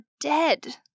dead